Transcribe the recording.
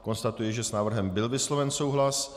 Konstatuji, že s návrhem byl vysloven souhlas.